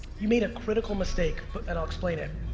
you made a critical mistake but and i'll explain it.